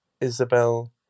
Isabel